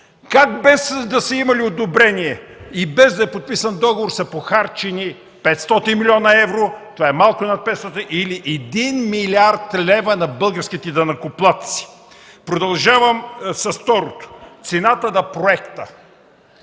Как, без да са имали одобрение и без да е подписан договор, са похарчени 500 млн. евро? Това е малко над 500 или 1 млрд. лв. на българските данъкоплатци. Второто, цената на проекта.